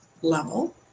level